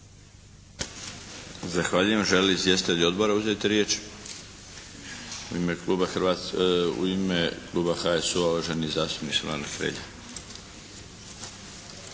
Zahvaljujem. Žele li izvjestitelji odbora uzeti riječ? U ime kluba HSU-a uvaženi zastupnik Silvano Hrelja.